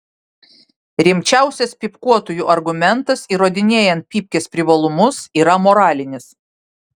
rimčiausias pypkiuotojų argumentas įrodinėjant pypkės privalumus yra moralinis